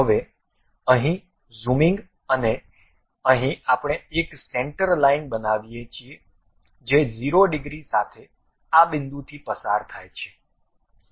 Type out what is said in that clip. હવે અહીં ઝૂમિંગ અને અહીં આપણે એક સેન્ટર લાઇન બનાવીએ છીએ જે 0 ડિગ્રી સાથે આ બિંદુથી પસાર થાય છે